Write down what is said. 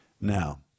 Now